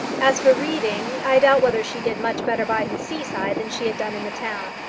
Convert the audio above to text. as for reading, i doubt whether she did much better by the seaside than she had done in the town.